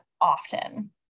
often